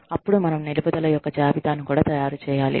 అప్పుడు మనం నిలుపుదల యొక్క జాబితాను కూడా తయారుచేయాలి